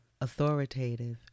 authoritative